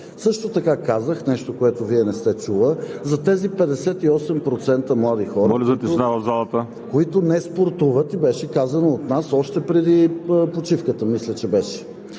Също така казах нещо, което Вие не сте чули – тези 58% млади хора, които не спортуват, беше казано от нас още преди почивката. Сега